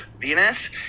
Venus